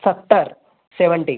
सत्तर सेवेन्टी